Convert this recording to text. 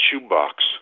shoebox